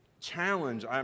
challenge